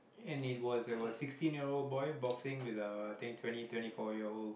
and it was a was a sixteen year old boy boxing with a twenty twenty twenty four year old